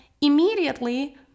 immediately